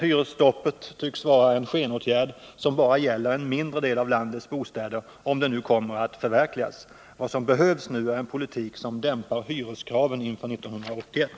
Hyresstoppet tycks vara en skenåtgärd som bara gäller en mindre del av landets bostäder, om det alls förverkligas. Vad som nu behövs är en politik som dämpar hyreskraven inför 1981.